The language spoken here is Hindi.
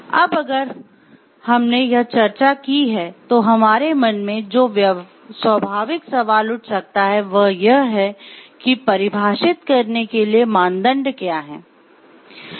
अब अगर हमने यह चर्चा की है तो हमारे मन में जो स्वाभाविक सवाल उठ सकता है वह यह है कि परिभाषित करने के लिए मानदंड क्या हैं